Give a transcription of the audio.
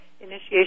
initiation